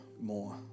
more